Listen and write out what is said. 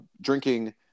drinking